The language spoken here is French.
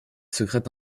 secrète